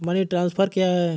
Money transfer क्या है?